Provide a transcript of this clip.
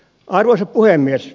arvoisa puhemies